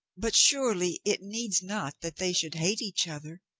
but, surely, it needs not that they should hate each other?